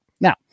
Now